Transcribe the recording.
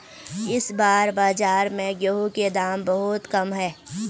इस बार बाजार में गेंहू के दाम बहुत कम है?